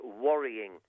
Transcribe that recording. worrying